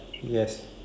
yes